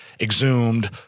Exhumed